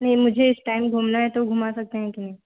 नहीं मुझे इस टाइम घूमना है तो घुमा सकते हैं कि नहीं